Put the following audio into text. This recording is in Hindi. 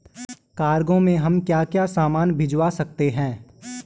कार्गो में हम क्या क्या सामान भिजवा सकते हैं?